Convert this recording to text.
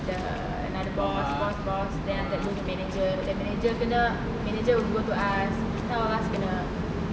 the another boss boss boss then after that go to manager then manager kena manager will go to us kena